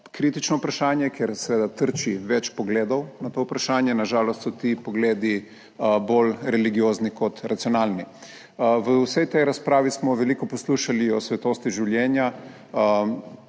kritično vprašanje, ker seveda trči več pogledov na to vprašanje. Na žalost so ti pogledi bolj religiozni kot racionalni. V vsej tej razpravi smo veliko poslušali o svetosti življenja,